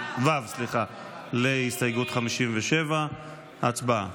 ו', הסתייגות 57. הצבעה.